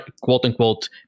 quote-unquote